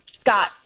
Scott